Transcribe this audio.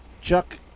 Chuck